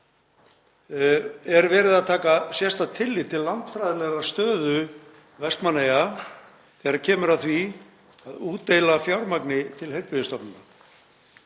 Er verið að taka sérstakt tillit til landfræðilegrar stöðu Vestmannaeyja þegar kemur að því að útdeila fjármagni til heilbrigðisstofnana?